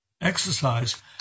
exercise